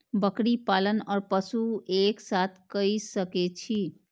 बकरी पालन ओर पशु एक साथ कई सके छी?